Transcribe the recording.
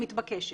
מתבקשת.